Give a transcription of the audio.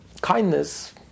kindness